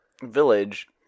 village